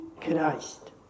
Christ